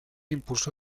impulsó